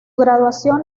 graduación